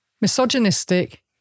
Misogynistic